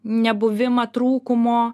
nebuvimą trūkumo